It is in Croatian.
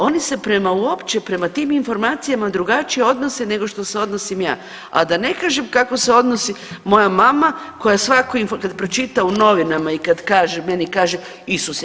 Oni se prema uopće prema tim informacija drugačije odnose nego što se odnosim ja, a da ne kažem kako se odnosi moja mama koja kad pročita u novinama i kad kaže, meni kaže Isuse.